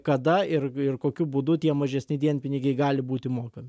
kada ir ir kokiu būdu tie mažesni dienpinigiai gali būti mokami